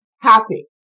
happy